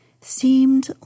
seemed